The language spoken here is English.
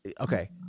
okay